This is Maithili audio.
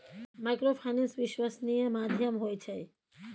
माइक्रोफाइनेंस विश्वासनीय माध्यम होय छै?